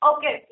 Okay